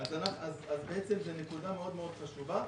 זו נקודה מאוד חשובה.